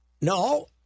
No